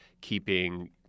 keeping